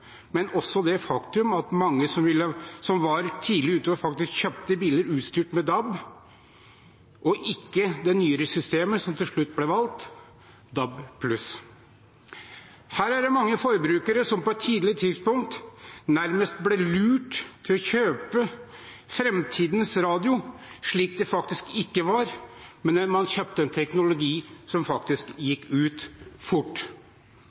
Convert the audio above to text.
men også det faktum at mange som var tidlig ute, kjøpte biler utstyrt med DAB og ikke det nyere systemet som til slutt ble valgt; DAB+. Her er det mange forbrukere som på et tidlig tidspunkt nærmest ble lurt til å kjøpe framtidens radio, som det faktisk ikke var – man kjøpte teknologi som gikk ut fort.